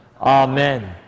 Amen